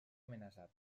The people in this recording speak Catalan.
amenaçat